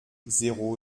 zéro